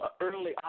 early